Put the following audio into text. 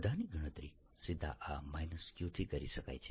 બધાની ગણતરી સીધા આ q થી કરી શકાય છે